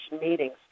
meetings